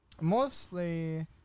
Mostly